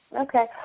Okay